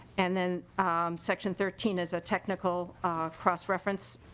and then section thirteen is a technical cross reference